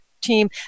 team